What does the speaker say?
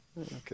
Okay